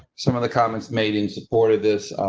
some of the comments made in support of this.